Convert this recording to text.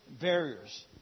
barriers